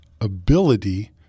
ability